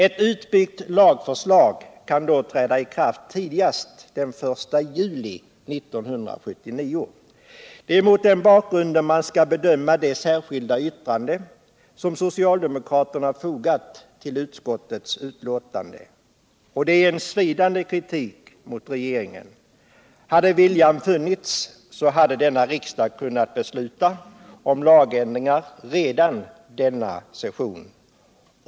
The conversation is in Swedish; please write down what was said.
Ett utbyggt lagförslag kan då träda i kraft tidigast den 1 juli 1979. Det är mot denna bakgrund man skall bedöma det särskilda yttrande som socialdemokraterna fogat till utskottets betänkande. Det är en svidande kritik mot regeringen. Hade viljan funnits, hade denna riksdag kunnat besluta om lagändringar redan under den här sessionen.